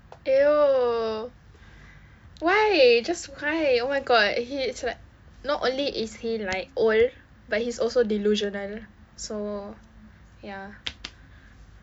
!eww! why just why oh my god he's like not only is he like old but he's also delusional so ya